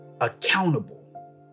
accountable